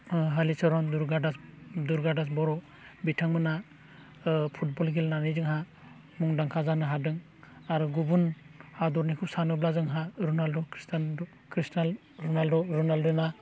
हलिचरन दुर्गा दास बर' बिथांमोना फुटबल गेलेनानै जोंहा मुंदांखा जानो हादों आरो गुबुन हादरनिखौ सानोब्ला जोंहा रनाल्ड' ख्रिस्टियान' रनाल्ड' रनाल्डिनह'